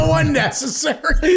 unnecessary